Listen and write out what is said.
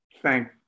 thank